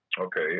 Okay